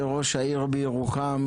כראש העיר ירוחם,